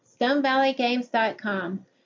StoneValleyGames.com